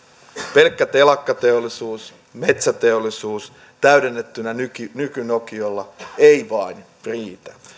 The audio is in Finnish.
pelkkä telakkateollisuus metsäteollisuus täydennettynä nyky nyky nokialla ei vain riitä